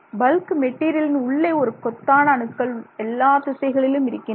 bulk மெட்டீரியலின் உள்ளே ஒரு கொத்தான அணுக்கள் எல்லா திசைகளிலும் இருக்கின்றன